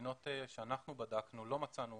במדינות שאנחנו בדקנו לא מצאנו